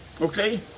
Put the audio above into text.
Okay